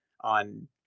on